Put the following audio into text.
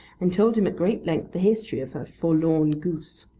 and told him at great length the history of her forlorn goose.